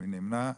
מי נמנע?